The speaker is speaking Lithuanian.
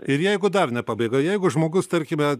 ir jeigu dar ne pabaiga jeigu žmogus tarkime